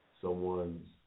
someone's